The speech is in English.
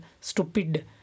stupid